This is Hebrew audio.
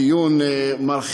לקיים דיון מרחיב.